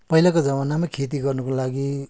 पहिलाको जमानामा खेती गर्नुको लागि